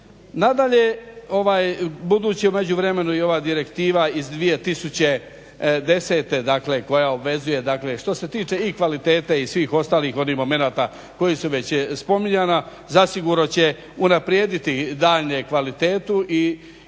Nadalje, budući u međuvremenu i ova direktiva iz 2010. dakle koja obvezuje i što se tiče i kvalitete i svih ostalih onih momenata koji su već spominjana, zasigurno će unaprijediti daljnju kvalitetu i